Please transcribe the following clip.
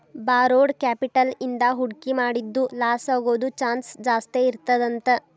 borrowed capital ಇಂದಾ ಹೂಡ್ಕಿ ಮಾಡಿದ್ದು ಲಾಸಾಗೊದ್ ಚಾನ್ಸ್ ಜಾಸ್ತೇಇರ್ತದಂತ